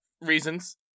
reasons